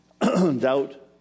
Doubt